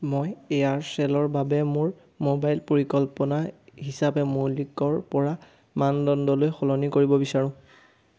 মই এয়াৰচেলৰ বাবে মোৰ মোবাইল পৰিকল্পনা হিচাপে মৌলিকৰপৰা মানদণ্ডলৈ সলনি কৰিব বিচাৰোঁ